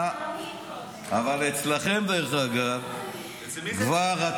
אבל אצלכם, דרך אגב, מי זה אצלכם, אשכנזים?